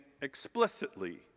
explicitly